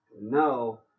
no